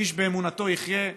איש באמונתו יחיה,